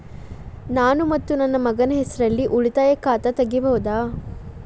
ನಾನು ಮತ್ತು ನನ್ನ ಮಗನ ಹೆಸರಲ್ಲೇ ಉಳಿತಾಯ ಖಾತ ತೆಗಿಬಹುದ?